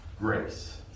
grace